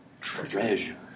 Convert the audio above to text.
Treasure